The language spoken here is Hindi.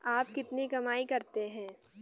आप कितनी कमाई करते हैं?